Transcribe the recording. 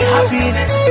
Happiness